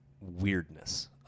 weirdness